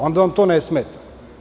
Onda vam to ne smeta.